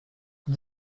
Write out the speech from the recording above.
que